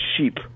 sheep